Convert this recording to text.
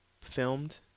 filmed